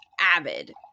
avid